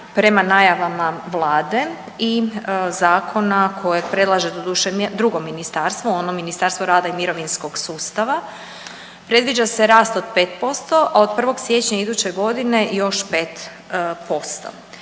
prema najavama Vlade i zakona kojeg predlaže doduše drugo ministarstvo ono Ministarstvo rada i mirovinskog sustava, predviđa se rast od 5%, a od 1. siječnja iduće godine još 5%.